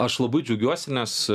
aš labai džiaugiuosi nes